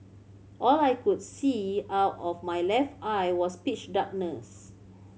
all I could see out of my left eye was pitch darkness